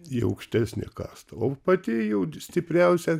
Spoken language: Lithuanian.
į aukštesnę kastą o pati jau stipriausia